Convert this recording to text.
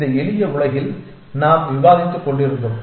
இந்த எளிய உலகில் நாம் விவாதித்துக் கொண்டிருந்தோம்